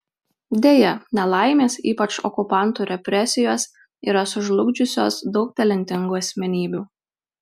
deja nelaimės ypač okupantų represijos yra sužlugdžiusios daug talentingų asmenybių